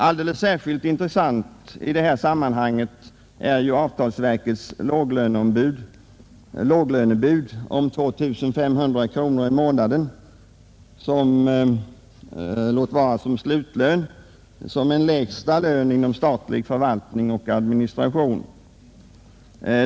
Alldeles särskilt intressant i detta sammanhang är ju avtalsverkets låglönebud om 2 500 kronor i månaden — låt vara som slutlön — som en lägsta lön inom statlig förvaltning och administration.